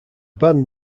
band